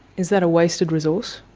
is that a wasted resource?